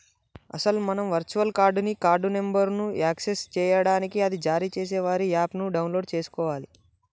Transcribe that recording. అసలు మనం virtual card ని కార్డు నెంబర్ను యాక్సెస్ చేయడానికి అది జారీ చేసే వారి యాప్ ను డౌన్లోడ్ చేసుకోవాలి